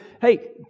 Hey